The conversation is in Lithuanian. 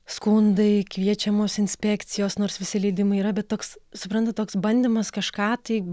skundai kviečiamos inspekcijos nors visi leidimai yra bet toks suprantat toks bandymas kažką tai